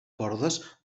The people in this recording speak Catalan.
cordes